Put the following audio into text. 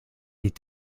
est